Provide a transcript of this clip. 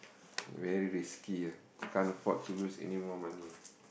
very risky ah can't afford to lose anymore money